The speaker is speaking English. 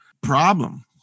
problem